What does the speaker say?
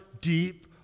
deep